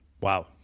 Wow